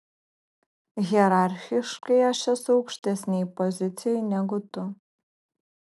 hierarchiškai aš esu aukštesnėj pozicijoj negu tu